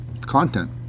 Content